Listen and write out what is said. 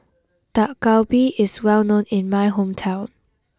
Dak Galbi is well known in my hometown